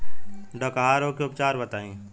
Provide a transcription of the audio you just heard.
डकहा रोग के उपचार बताई?